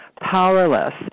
powerless